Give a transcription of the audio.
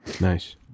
Nice